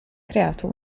creato